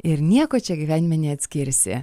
ir nieko čia gyvenime neatskirsi